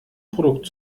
produkt